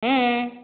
ಹ್ಞೂ ಹ್ಞೂ